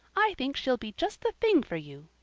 i think she'll be just the thing for you.